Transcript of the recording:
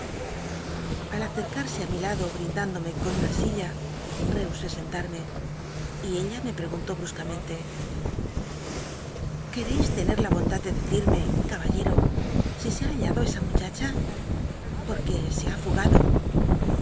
al acercarse i mi lado brindándome con una silla rehusé sentarme y ella me preguntó bruscamente quereis tener la bondad de decirme caballero si se ha hallado i esa muchacha porque se ha fugado